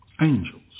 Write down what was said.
angels